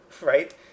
right